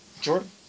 Jordan